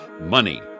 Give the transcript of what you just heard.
money